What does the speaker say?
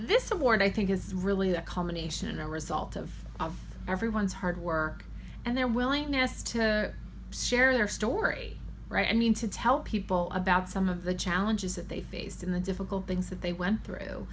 this award i think is really the culmination a result of everyone's hard work and their willingness to share their story right i mean to tell people about some of the challenges that they faced in the difficult things that they went through